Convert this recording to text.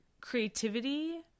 creativity